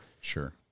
Sure